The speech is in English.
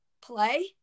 play